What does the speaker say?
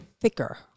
thicker